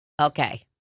Okay